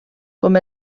com